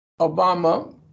Obama